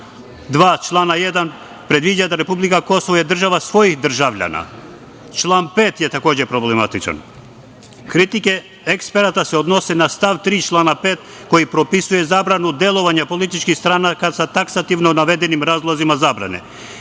2. člana 1. predviđa da republika Kosovo je država svojih državljana. Član 5. je takođe problematičan. Kritike eksperata se odnose na stav 3. člana 5. koji propisuje zabranu delovanja političkih stranaka sa taksativno navedenim razlozima